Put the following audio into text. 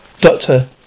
Doctor